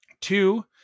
Two